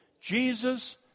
Jesus